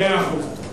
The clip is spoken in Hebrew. מאה אחוז.